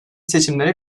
seçimleri